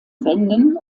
wänden